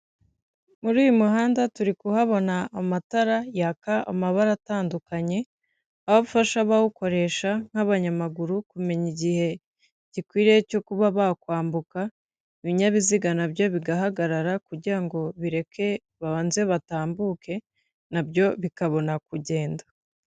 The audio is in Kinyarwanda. Muri uyu muhanda turi kuhabona amatara yaka amabara atandukanye, aho afasha abawukoresha nk'abanyamaguru kumenya igihe gikwiriye cyo kuba bakwambuka, ibinyabiziga nabyo bigahagarara kugira ngo bireke babanze batambuke nabyo bikabona kugenda.